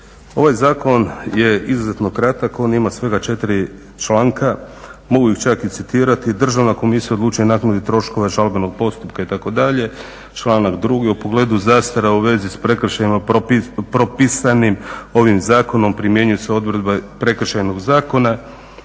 Ovaj zakon je izuzetno kratak on ima svega 4. članka, mogu ih čak i citirati: "Državna komisija odlučuje o naknadi troškova žalbenog postupka…" itd., članak 2: "U pogledu zastara u vezi s prekršajima propisanim ovim Zakonom primjenjuju se odredbe prekršajnog zakona.",